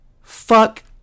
fuck